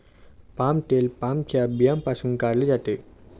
palm तेल पामच्या बियांपासून काढले जाते